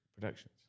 productions